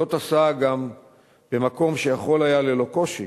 זאת עשה גם במקום שיכול היה ללא קושי